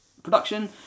production